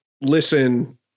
listen